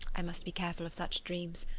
i must be careful of such dreams,